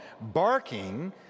barking